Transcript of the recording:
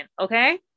okay